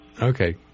Okay